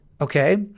Okay